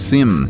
Sim